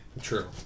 True